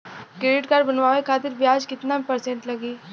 Credit card बनवाने खातिर ब्याज कितना परसेंट लगी?